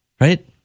right